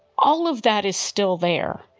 all of that is still there.